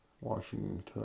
Washington